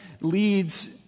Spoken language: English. leads